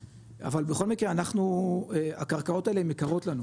אבל בכל מקרה אנחנו הקרקעות האלה הם יקרות לנו.